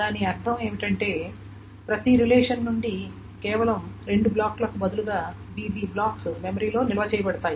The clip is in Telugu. దాని అర్ధం ఏమిటంటే ప్రతి రిలేషన్ నుండి కేవలం రెండు బ్లాక్లకు బదులుగా bb బ్లాక్స్ మెమరీలో నిల్వ చేయబడతాయి